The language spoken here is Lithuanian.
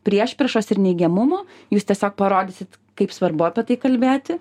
priešpriešos ir neigiamumo jūs tiesiog parodysit kaip svarbu apie tai kalbėti